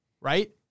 Right